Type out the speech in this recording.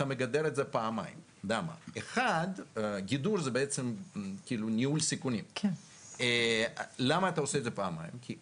אתה מגדר את זה פעמיים גידור זה בעצם ניהול סיכונים א' כי זה כסף